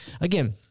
again